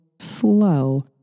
slow